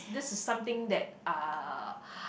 this is something that uh